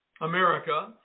America